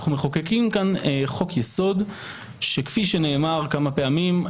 אנחנו מחוקקים כאן חוק יסוד שכפי שנאמר כמה פעמים,